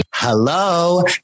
Hello